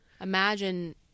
imagine